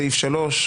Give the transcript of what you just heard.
סעיף 3,